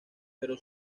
pero